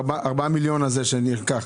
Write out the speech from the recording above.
ה-4 מיליון שקלים שנלקחו,